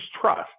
trust